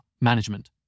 Management